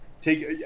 take